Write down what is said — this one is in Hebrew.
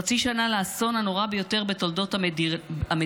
חצי שנה לאסון הנורא ביותר בתולדות המדינה,